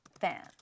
fan